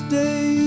day